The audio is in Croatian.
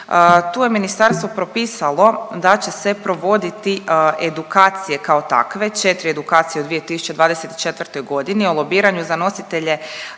tu je ministarstvo propisalo da će se provoditi edukacije kao takve, 4 edukacije u 2024. g. o lobiranju za nositelje